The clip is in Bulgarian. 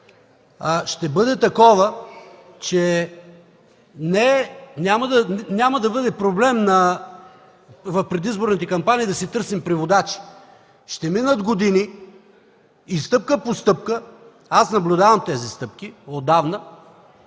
ще бъде такова, че няма да бъде проблем в предизборните кампании да си търсим преводачи. Ще минат години и стъпка по стъпка, аз наблюдавам тези стъпки отдавна,